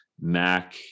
Mac